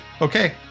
okay